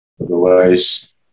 Otherwise